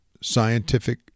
Scientific